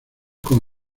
con